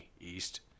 East